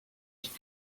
ich